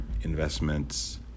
investments